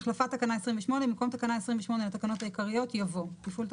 החלפת תקנה 28 במקום תקנה 28 לתקנות העיקריות יבוא: תפעול,